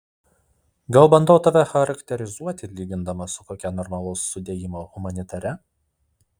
gal bandau tave charakterizuoti lygindamas su kokia normalaus sudėjimo humanitare